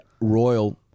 Royal